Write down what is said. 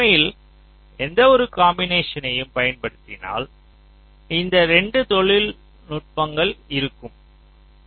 உண்மையில் எந்தவொரு காம்பினேஷன்யும் பயன்படுத்தினால் இந்த 2 நுட்பங்கள் இருக்கம்